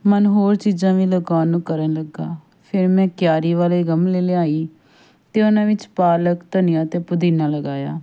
ਮਨ ਹੋਰ ਚੀਜ਼ਾਂ ਵੀ ਲਗਾਉਣ ਨੂੰ ਕਰਨ ਲੱਗਾ ਫਿਰ ਮੈਂ ਕਿਆਰੀ ਵਾਲੇ ਗਮਲੇ ਲਿਆਈ ਅਤੇ ਉਹਨਾਂ ਵਿੱਚ ਪਾਲਕ ਧਨੀਆ ਅਤੇ ਪੁਦੀਨਾ ਲਗਾਇਆ